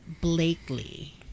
Blakely